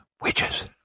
witches